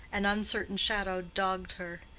an uncertain shadow dogged her.